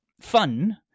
fun